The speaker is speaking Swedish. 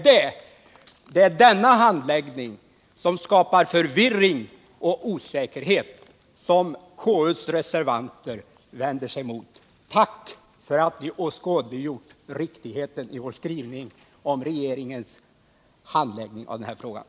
Det är denna handläggning, som skapar förvirring och osäkerhet, vilken konstitutionsutskottets reservanter vänder sig mot. Tack för att ni åskådliggjort riktigheten i vår skrivning om regeringens handläggning av energifrågorna!